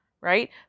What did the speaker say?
right